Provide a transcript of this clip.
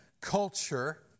culture